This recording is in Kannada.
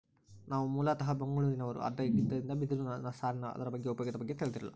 ನಾವು ಮೂಲತಃ ಮಂಗಳೂರಿನವರು ಆಗಿದ್ದರಿಂದ ಬಿದಿರು ಸಾರಿನ ಅದರ ಉಪಯೋಗದ ಬಗ್ಗೆ ತಿಳಿದಿರಲಿಲ್ಲ